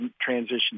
transition